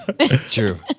True